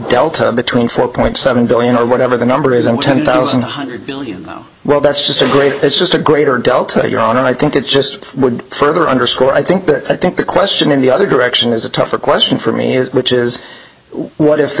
delta between four point seven billion or whatever the number is a ten thousand hundred billion well that's just a great it's just a greater delta you're on and i think it just would further underscore i think that i think the question in the other direction is a tougher question for me which is what if the